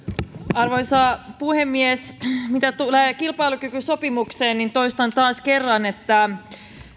arvoisa puhemies mitä tulee kilpailukykysopimukseen niin toistan taas kerran että